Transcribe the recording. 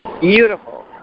beautiful